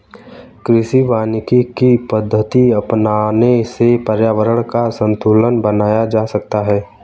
कृषि वानिकी की पद्धति अपनाने से पर्यावरण का संतूलन बनाया जा सकता है